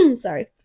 Sorry